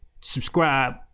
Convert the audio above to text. subscribe